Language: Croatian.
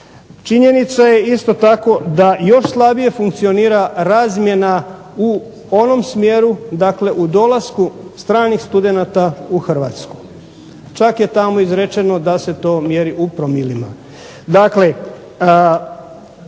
Činjenica je isto tako da još slabije funkcionira razmjena u onom smjeru, dakle u dolasku stranih studenata u Hrvatsku. Čak je tamo izrečeno da se to mjeri u promilima.